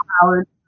Howard